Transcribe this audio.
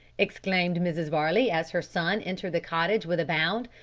exclaimed mrs varley, as her son entered the cottage with a bound,